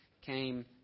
came